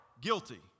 Guilty